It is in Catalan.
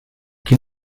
qui